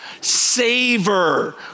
savor